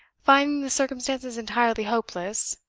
finding the circumstances entirely hopeless,